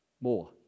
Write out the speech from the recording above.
more